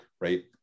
right